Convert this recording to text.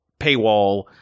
paywall